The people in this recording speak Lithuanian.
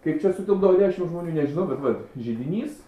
kaip čia sutilpdavo dešimt žmonių nežinau bet vat židinys